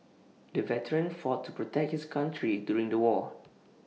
the veteran fought to protect his country during the war